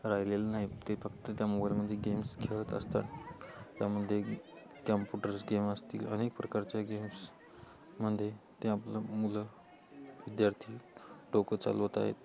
राहिलेलं नाही ते फक्त त्या मोबाईलमध्ये गेम्स खेळत असतात त्यामध्ये कॅम्पुटर्स गेम असतील अनेक प्रकारच्या गेम्स मध्ये ते आपलं मुलं विद्यार्थी डोकं चालवत आहेत